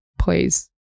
please